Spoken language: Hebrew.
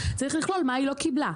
צריך לכלול מה לא קיבלה.